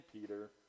Peter